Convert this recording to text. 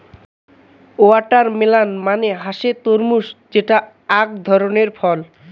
watermelon মানে হসে তরমুজ যেটো আক ধরণের ফল